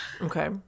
Okay